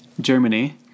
Germany